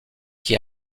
qui